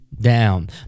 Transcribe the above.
Down